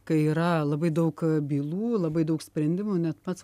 kai yra labai daug bylų labai daug sprendimų net pats